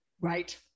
Right